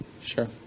Sure